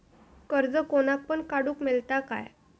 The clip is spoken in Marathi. कर्ज कोणाक पण काडूक मेलता काय?